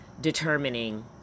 determining